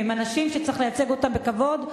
הם אנשים שצריך לייצג אותם בכבוד.